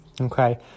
Okay